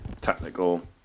technical